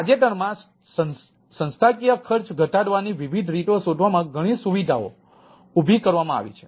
તાજેતરમાં સંસ્થાકીય ખર્ચ ઘટાડવાની વિવિધ રીતો શોધવામાં ઘણી સુવિધાઓ ઊભી કરવામાં આવી છે